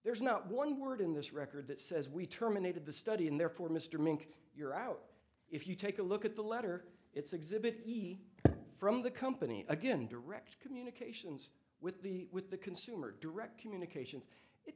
there's not one word in this record that says we terminated the study and therefore mr mink you're out if you take a look at the letter it's exhibit he from the company again direct communications with the with the consumer direct communications it